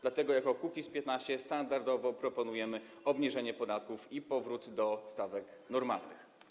Dlatego jako Kukiz’15 standardowo proponujemy obniżenie podatków i powrót do stawek normalnych.